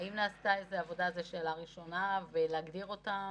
האם נעשתה איזו עבודה כדי להגדיר אותן?